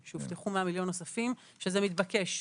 שהובטחו, שזה מתבקש.